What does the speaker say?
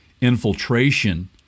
infiltration